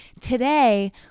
Today